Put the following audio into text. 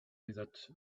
without